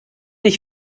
ich